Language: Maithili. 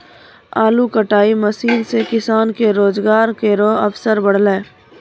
आलू कटाई मसीन सें किसान के रोजगार केरो अवसर बढ़लै